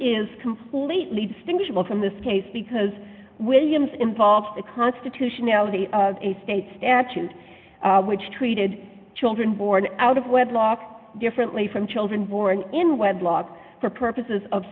is completely distinguishable from this case because williams involves the constitutionality of a state statute which treated children born out of wedlock differently from children born in wedlock for purposes of